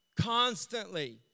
Constantly